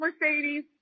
Mercedes